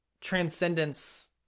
transcendence